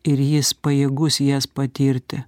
ir jis pajėgus jas patirti